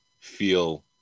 feel